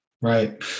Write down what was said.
right